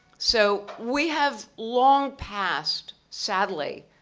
so, we have long passed, sadly,